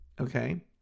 okay